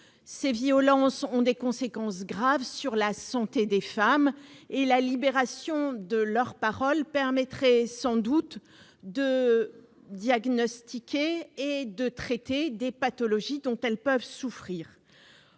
Ces violences ont des conséquences graves sur la santé des femmes, et la libération de leur parole permettrait sans doute de diagnostiquer et de traiter des pathologies dont elles peuvent souffrir.